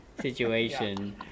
situation